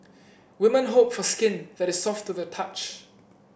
woman hope for skin that is soft to the touch